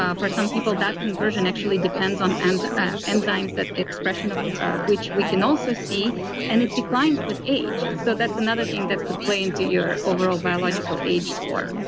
ah for some people that conversion actually depends on and ah enzymes, that expression of which we can also see and it declines with age. so that's another thing that could play into your overall biological age score